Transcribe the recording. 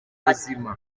buzima